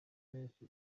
menshi